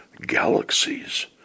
galaxies